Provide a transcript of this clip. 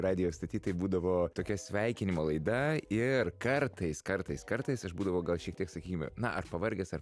radijo stoty tai būdavo tokia sveikinimo laida ir kartais kartais kartais aš būdavau gal šiek tiek sakykim na ar pavargęs ar